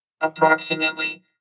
Approximately